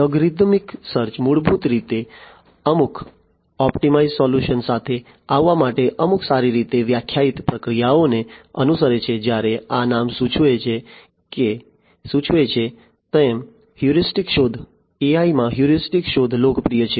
algorithmic search મૂળભૂત રીતે અમુક ઓપ્ટિમાઇઝ સોલ્યુશન સાથે આવવા માટે અમુક સારી રીતે વ્યાખ્યાયિત પ્રક્રિયાઓને અનુસરે છે જ્યારે આ નામ સૂચવે છે તેમ હ્યુરિસ્ટિક શોધ AI માં હ્યુરિસ્ટિક શોધ લોકપ્રિય છે